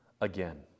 again